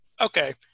Okay